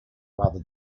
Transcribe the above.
rather